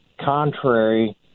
contrary